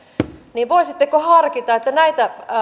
niin voisitteko harkita että näitä